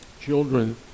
Children